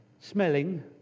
smelling